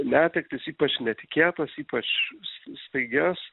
netektis ypač netikėtas ypač s staigias